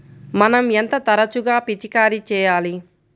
మనం ఎంత తరచుగా పిచికారీ చేయాలి?